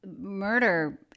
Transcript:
murder